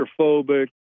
claustrophobic